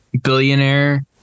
billionaire